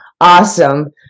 awesome